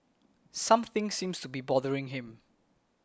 something seems to be bothering him